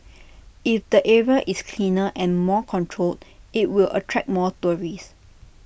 if the area is cleaner and more controlled IT will attract more tourists